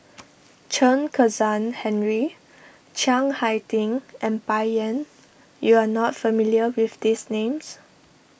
Chen Kezhan Henri Chiang Hai Ding and Bai Yan you are not familiar with these names